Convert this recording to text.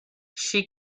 she